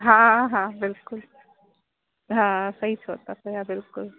हा हा बिल्कुलु हा सही चओ था पिया बिल्कुलु